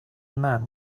man